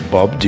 Bob